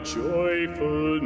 joyful